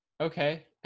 Okay